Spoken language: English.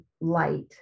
light